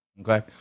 Okay